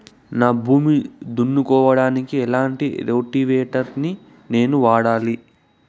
నా భూమి దున్నుకోవడానికి ఎట్లాంటి రోటివేటర్ ని నేను వాడాలి?